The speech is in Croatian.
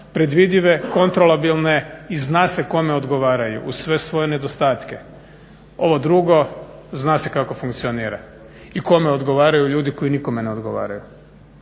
predvidive, kontrolabilne i zna se kome odgovaraju uz sve svoje nedostatke. Ovo drugu, zna se kako funkcionira i kome odgovaraju ljudi koji nikome ne odgovaraju.